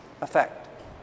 effect